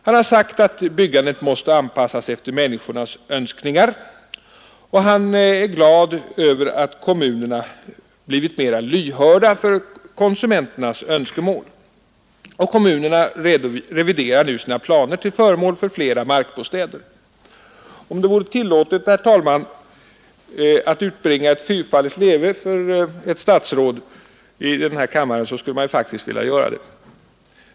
Han har sagt att byggandet måste anpassas efter människornas önskningar, och han är glad över att kommunerna blivit mer lyhörda för konsumenternas önskemål. Kommunerna reviderar nu sina planer till förmån för flera markbostäder. Om det vore tillåtet, herr talman, att här i kammaren utbringa ett fyrfaldigt leve för ett statsråd så skulle man faktiskt vilja göra det.